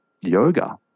yoga